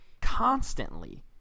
constantly